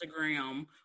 Instagram